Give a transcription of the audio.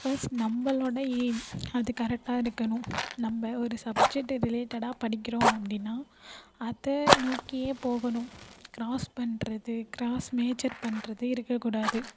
first நம்மளோட aim அது கரெட்டாக இருக்கணும் நம்ம ஒரு சப்ஜெட்டு ரிலேட்டடாக படிக்கிறோம் அப்படின்னா அதை நோக்கியே போகணும் க்ராஸ் பண்றது க்ராஸ் மேஜர் பண்றது இருக்கக்கூடாது